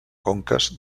conques